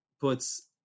puts